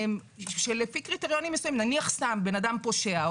שלפי קריטריונים מסוימים נניח שבן אדם פושע,